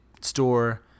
store